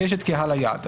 ויש קהל היעד.